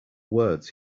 words